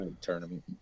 tournament